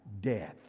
death